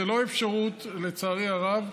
זו לא אפשרות, לצערי הרב,